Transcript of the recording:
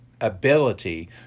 ability